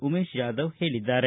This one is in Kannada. ಉಮೇಶ ಜಾಧವ ಹೇಳಿದ್ದಾರೆ